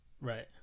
Right